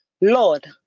Lord